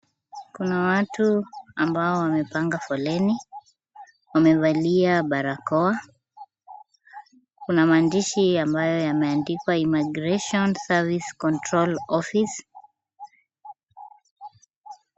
Kuna watu ambao wamepanga foleni. Wamevalia barakoa. Kuna maandishi ambayo yameandikwa immigration service control office .